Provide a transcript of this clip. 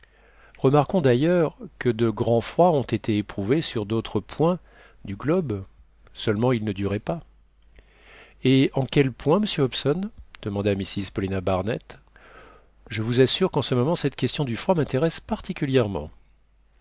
remarquons d'ailleurs que de grands froids ont été éprouvés sur d'autres points du globe seulement ils ne duraient pas et en quels points monsieur hobson demanda mrs paulina barnett je vous assure qu'en ce moment cette question du froid m'intéresse particulièrement